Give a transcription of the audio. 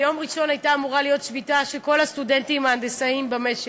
ביום ראשון הייתה אמורה להיות שביתה של כל הסטודנטים ההנדסאים במשק.